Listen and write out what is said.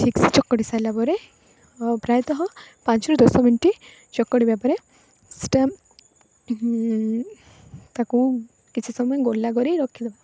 ଠିକ୍ସେ ଚକଟି ସାରିଲାପରେ ପ୍ରାୟତଃ ପାଞ୍ଚରୁ ଦଶ ମିନିଟ୍ ଚକଟିବା ପରେ ସେଇଟା ତାକୁ କିଛି ସମୟ ଗୁଳା କରି ରଖିଦେବା